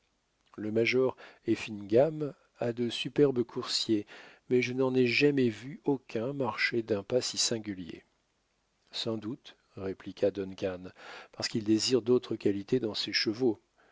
le major effingham a de superbes coursiers mais je n'en ai jamais vu aucun marcher d'un pas si singulier sans doute répliqua duncan parce qu'il désire d'autres qualités dans ses chevaux